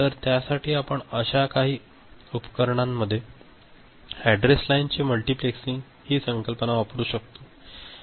तरत्यासाठी आपण अशा काही उपकरणांमध्ये अॅड्रेस लाइनचे मल्टिप्लेक्सिंग ही संकल्पना वापरू शकतो आहे